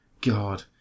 God